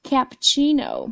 Cappuccino